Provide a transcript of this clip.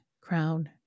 crown